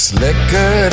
Slicker